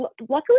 luckily